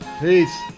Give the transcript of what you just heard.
peace